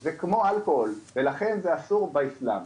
זה כמו אלכוהול ולכן זה אסור באסלאם,